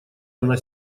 она